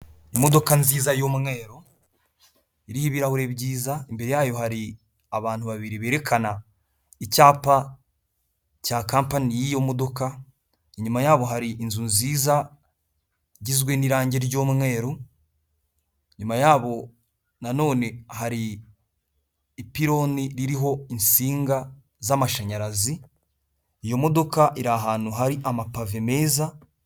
Imodoka nziza y'umweru, iriho ibirahuri byiza, imbere yayo hari abantu babiri berekana icyapa cya kampani y'iyo modoka, inyuma yabo hari inzu nziza igizwe n'irangi ry'umweru, inyuma yabo na none hari ipironi ririho insinga z'amashanyarazi, iyo modoka iri ahantu hari amapave meza